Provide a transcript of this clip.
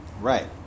Right